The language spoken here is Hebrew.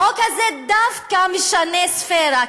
החוק הזה דווקא משנה ספֵירה,